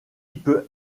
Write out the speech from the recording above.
peut